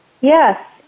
Yes